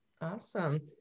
Awesome